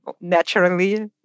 naturally